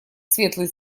светлый